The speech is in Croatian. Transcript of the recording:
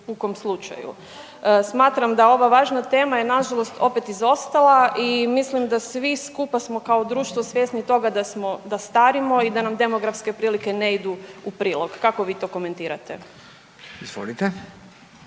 pukom slučaju. Smatram da ova važna tema je nažalost opet izostala i mislim da svi skupa smo kao društvo svjesni toga da starimo i da nam demografske prilike ne idu u prilog. Kako vi to komentirate? **Radin,